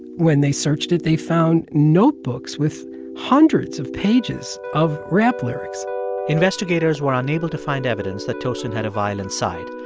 when they searched it, they found notebooks with hundreds of pages of rap lyrics investigators were unable to find evidence that tosin had a violent side.